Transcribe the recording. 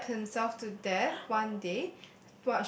stabbed himself to death one day